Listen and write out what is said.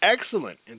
excellent